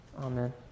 Amen